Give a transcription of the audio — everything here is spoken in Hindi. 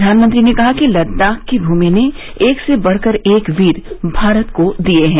प्रधानमंत्री ने कहा कि लद्दाख की भूमि ने एक से बढ़कर एक वीर भारत को दिये हैं